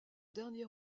dernier